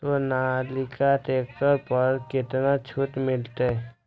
Sonalika tractor पर केतना छूट मिलते?